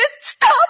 Stop